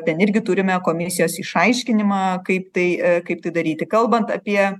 ten irgi turime komisijos išaiškinimą kaip tai kaip tai daryti kalbant apie